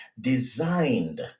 designed